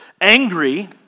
angry